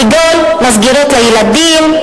כגון מסגרות לילדים,